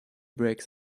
breaks